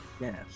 Yes